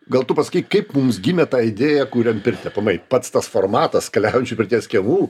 gal tu pasakyk kaip mums gimė ta idėja kuriam pirtį aplamai pats tas formatas keliaujančių pirties kiemų